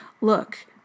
look